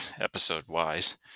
episode-wise